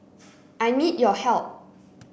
I need your help